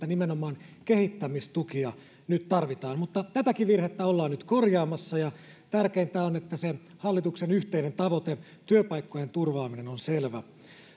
nimenomaan kehittämistukia nyt tarvitaan mutta tätäkin virhettä ollaan nyt korjaamassa ja tärkeintä on että se hallituksen yhteinen tavoite työpaikkojen turvaaminen on selvä